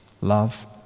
Love